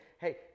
hey